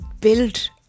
build